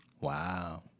Wow